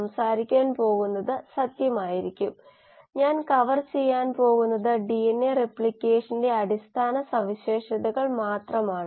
engineering flux എന്നത് ഒരു unit സ്ഥലത്തു കൈമാറ്റം ചെയ്യപ്പെടുന്ന തുകയാണ് ഒരു യൂണിറ്റ് സമയത്തിന് കൈമാറ്റം ചെയ്യുന്ന ദിശയിലേക്ക് ലംബമായി നമ്മുടെ ഫ്ലക്സ് ചരിത്രപരമാണ്